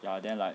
and then like